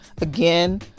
again